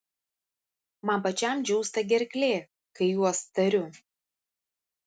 man pačiam džiūsta gerklė kai juos tariu